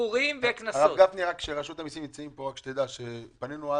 היה מן הראוי שתגידי כן, שתגידי שגפני ויתר.